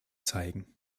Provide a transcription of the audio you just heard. zeigen